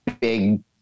big